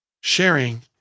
sharing